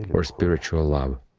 or spiritual love.